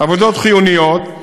עבודות חיוניות.